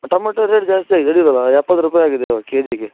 tomato rate ಜಾಸ್ತಿ ಆಗಿದೆ ಹೇಳಿದಲ್ಲ ಎಪ್ಪತ್ತು ರೂಪಾಯಿ ಆಗಿದೆ ಕೆಜಿಗೆ